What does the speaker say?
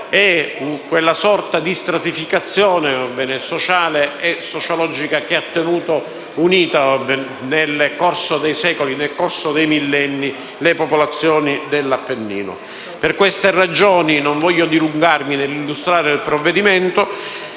e quella sorta di stratificazione sociale e sociologica che ha tenuto unite, nel corso dei secoli e dei millenni, le popolazioni dell'Appennino. Non voglio dilungarmi nell'illustrare il provvedimento.